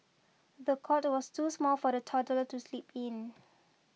the cot was too small for the toddler to sleep in